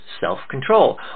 self-control